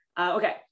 okay